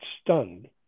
stunned